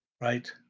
right